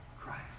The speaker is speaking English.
Christ